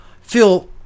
feel